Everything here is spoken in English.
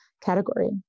category